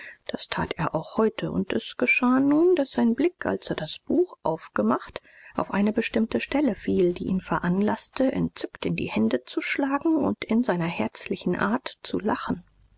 das tat er auch heute und es geschah nun daß sein blick als er das buch aufgemacht auf eine bestimmte stelle fiel die ihn veranlaßte entzückt in die hände zu schlagen und in seiner herzlichen art zu lachen